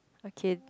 okay